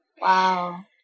Wow